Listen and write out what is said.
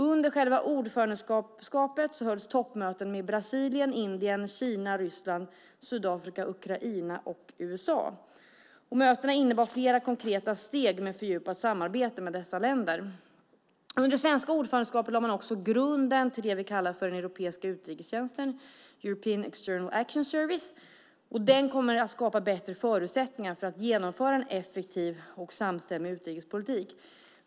Under själva ordförandeskapet hölls toppmöten med Brasilien, Indien, Kina, Ryssland, Sydafrika, Ukraina och USA. Mötena innebar flera konkreta steg med fördjupat samarbete med dessa länder. Under det svenska ordförandeskapet lade man också grunden till det vi kallar den europeiska utrikestjänsten, European External Action Service. Den kommer att skapa bättre förutsättningar för att genomföra en effektiv och samstämmig utrikespolitik.